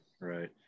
Right